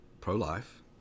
pro-life